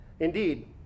Indeed